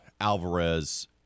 Alvarez